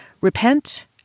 Repent